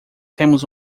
temos